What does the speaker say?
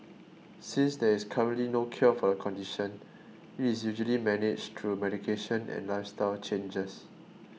since there is currently no cure for the condition it is usually managed through medication and lifestyle changes